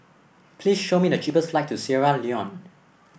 please show me the cheapest flight to Sierra Leone